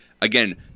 again